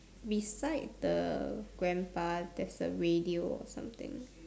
beside the grandpa there's a radio or something